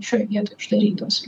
šioj vietoj uždarytos